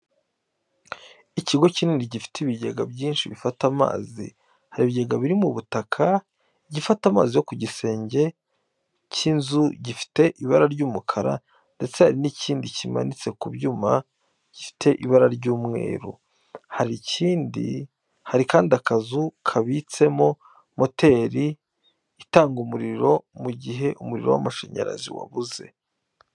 Ikigo kinini gifite ibigega byinshi bifata amazi, hari ibigega biri mu butaka, igifata amazi yo ku gisenge cy'inzu gifite ibara ry'umukara ndetse hari n'ikindi kimanitse ku byuma gifite ibara ry'umweru. Hari kandi akazu kabitsemo moteri itanga umuriro mu gihe umuriro w'amashanyarazi wabuze.